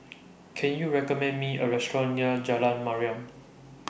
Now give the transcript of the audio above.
Can YOU recommend Me A Restaurant near Jalan Mariam